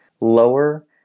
lower